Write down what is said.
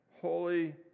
holy